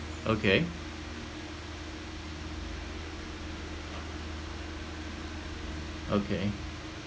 okay okay